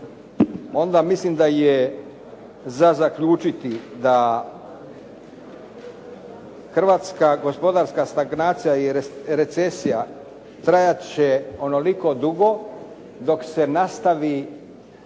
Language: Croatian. Onda mislim da je za zaključiti da hrvatska gospodarske stagnacija i recesija trajati će onoliko dugo dok se nastavi